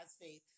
faith